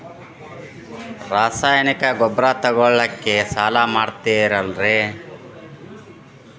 ರಾಸಾಯನಿಕ ಗೊಬ್ಬರ ತಗೊಳ್ಳಿಕ್ಕೆ ಸಾಲ ಕೊಡ್ತೇರಲ್ರೇ?